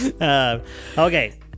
Okay